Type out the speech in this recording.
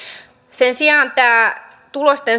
sen sijaan tämä tulosten